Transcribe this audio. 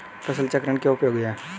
फसल चक्रण क्यों उपयोगी है?